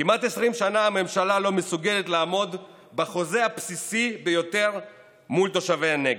כמעט 20 שנה הממשלה לא מסוגלת לעמוד בחוזה הבסיסי ביותר מול תושבי הנגב,